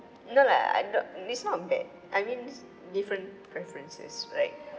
no lah I not~ it's not bad I mean different preferences right